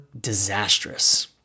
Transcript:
disastrous